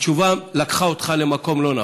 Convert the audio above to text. התשובה לקחה אותך למקום לא נכון.